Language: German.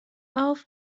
auf